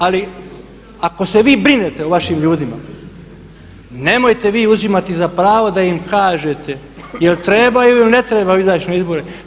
Ali ako se vi brinete o vašim ljudima, nemojte vi uzimati za pravo da im kažete jel trebaju ili ne trebaju izaći na izbore.